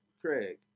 Craig